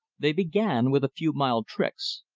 they began with a few mild tricks.